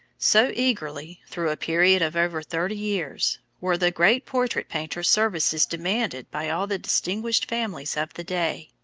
so eagerly, through a period of over thirty years, were the great portrait painter's services demanded by all the distinguished families of the day.